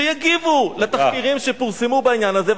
שיגיבו על אותם תחקירים שפורסמו בעניין הזה,